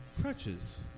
crutches